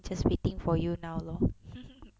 just waiting for you now lor